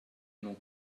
non